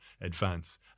advance